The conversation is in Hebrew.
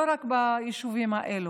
לא רק ביישובים האלה?